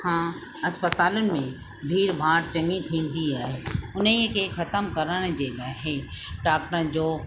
हा अस्पतालुनि में भीड़ भाड़ चङी थींदी आहे उन ई खे ख़तम करण जे लाइ ई डाक्टरनि जो